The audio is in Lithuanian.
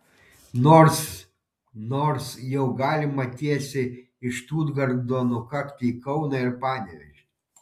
nors nors jau galima tiesiai iš štutgarto nukakti į kauną ir panevėžį